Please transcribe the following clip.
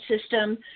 system